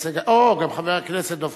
הכנסת, לרגע רציתי לומר חבר הכנסת יריב